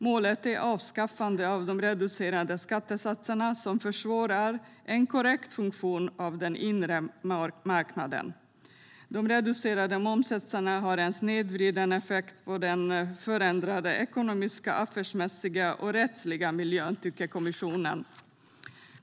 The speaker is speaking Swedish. Målet är avskaffande av de reducerade skattesatser som försvårar en korrekt funktion hos den inre marknaden. De reducerade momssatserna har en snedvridande effekt på den förändrade ekonomiska, affärsmässiga och rättsliga miljön, tycker kommissionen.